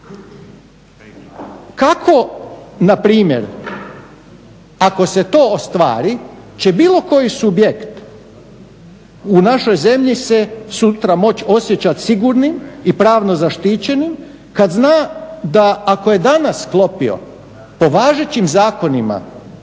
Kako na primjer ako se to ostvari će bilo koji subjekt u našoj zemlji se sutra moći osjećati sigurnim i pravno zaštićenim kad zna da ako je danas sklopio po važećim zakonima